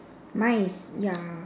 mine is ya